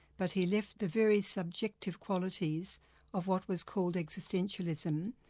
but he left the very subjective qualities of what was called existentialism.